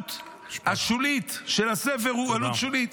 ועלות השולית של הספר היא עלות שולית.